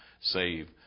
save